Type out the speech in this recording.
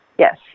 Yes